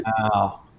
Wow